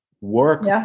work